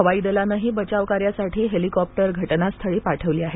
हवाई दलानही बचावकार्यासाठी हेलिकॉप्टर घटनास्थळी पाठवली आहेत